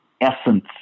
essence